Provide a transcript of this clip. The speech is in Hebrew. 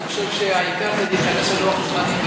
אני חושב שהעיקר זה להיכנס ללוח זמנים,